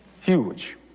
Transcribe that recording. Huge